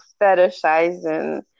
fetishizing